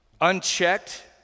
Unchecked